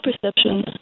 perception